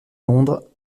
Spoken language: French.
londres